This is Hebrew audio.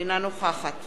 אינה נוכחת